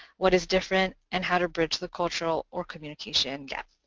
what is different, and how to bridge the cultural or communication gap.